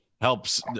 helps